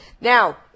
Now